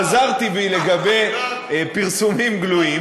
חזרתי בי לגבי פרסומים גלויים,